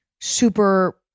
super